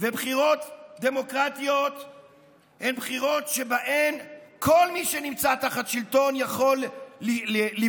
בחירות דמוקרטיות הן בחירות שבהן כל מי שנמצא תחת שלטון יכול לבחור.